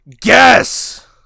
guess